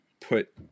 put